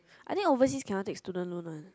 I think overseas cannot take student loan lah